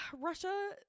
Russia